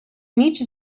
ніч